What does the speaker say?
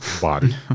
body